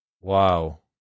Wow